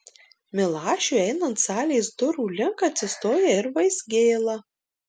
milašiui einant salės durų link atsistoja ir vaizgėla